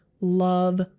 Love